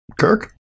Kirk